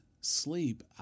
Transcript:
sleep